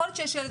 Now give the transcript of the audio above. כל הרעיון